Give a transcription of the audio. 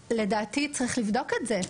לדעתי, צריך לבדוק את זה.